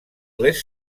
les